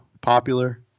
popular